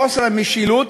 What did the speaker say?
חוסר משילות,